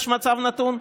יש מצב נתון,